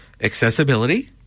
accessibility